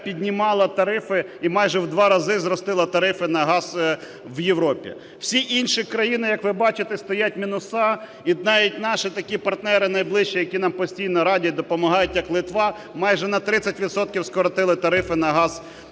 піднімала тарифи і майже в два рази зростила тарифи на газ в Європі. Всі інші країні, як ви бачите, стоять мінуси, і навіть наші такі партнери найближчі, які нам постійно радять, допомагають, як Литва, майже на 30 відсотків скоротили тарифи на газ